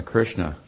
Krishna